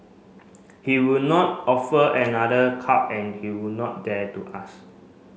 he would not offer another cup and he would not dare to ask